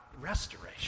restoration